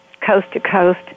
coast-to-coast